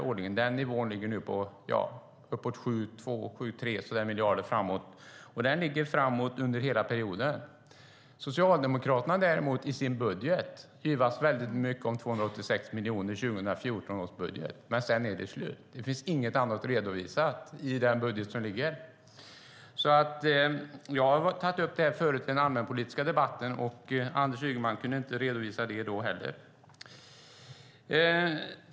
Nu ligger nivån på drygt 7 miljarder, och den ligger där under hela perioden. Socialdemokraterna yvas mycket över de 286 miljonerna i sin budget, men sedan är det slut. Inget annat redovisas i den budget som föreligger. Jag tog upp det i den allmänpolitiska debatten, men Anders Ygeman kunde inte redovisa detta då heller.